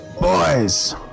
Boys